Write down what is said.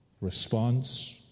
Response